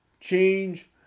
change